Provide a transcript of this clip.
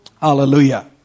Hallelujah